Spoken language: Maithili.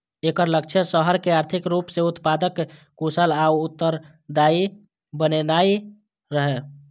एकर लक्ष्य शहर कें आर्थिक रूप सं उत्पादक, कुशल आ उत्तरदायी बनेनाइ रहै